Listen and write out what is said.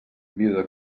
viuda